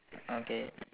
okay